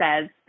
says